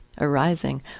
arising